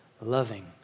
loving